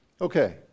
Okay